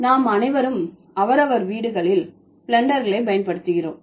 நாம் அனைவரும் அவரவர் வீடுகளில் ப்ளெண்டர்களை பயன்படுத்துகிறோம்